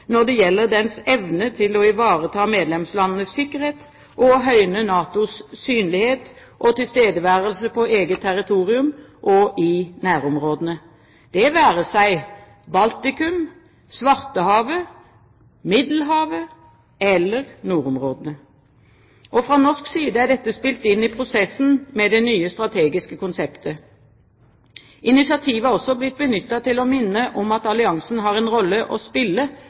når det gjelder dens evne til å ivareta medlemslandenes sikkerhet og å høyne NATOs synlighet og tilstedeværelse på eget territorium og i nærområdene, det være seg Baltikum, Svartehavet, Middelhavet eller nordområdene. Fra norsk side er dette spilt inn i prosessen med det nye strategiske konseptet. Initiativet er også blitt benyttet til å minne om at alliansen har en rolle å spille